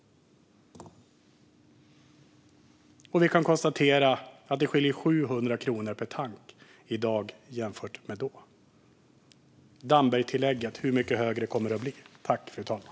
Vi kan nu konstatera att det skiljer 700 kronor per tank i dag jämfört med 2014. Hur mycket högre kommer Dambergtillägget att bli?